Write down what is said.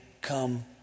come